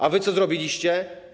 A wy co zrobiliście?